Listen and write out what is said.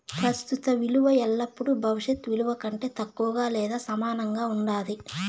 ప్రస్తుత ఇలువ ఎల్లపుడూ భవిష్యత్ ఇలువ కంటే తక్కువగా లేదా సమానంగా ఉండాది